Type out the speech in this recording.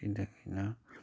ꯉꯁꯤꯗꯒꯤꯅ